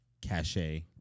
cachet